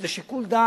זה שיקול דעת